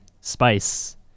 spice